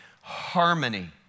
harmony